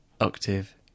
Octave